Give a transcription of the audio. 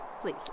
please